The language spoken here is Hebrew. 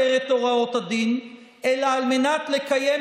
פתאום אתה רואה כתבות: צריך לקצוב